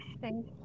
Thank